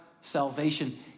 salvation